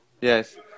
Yes